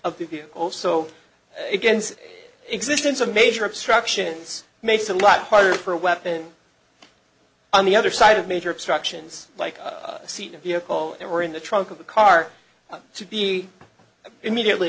of the view also against existence of major obstructions makes a lot harder for a weapon on the other side of major obstructions like seat of vehicle they were in the trunk of the car to be immediately